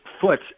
foot